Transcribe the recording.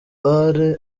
iraba